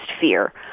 fear